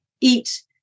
eat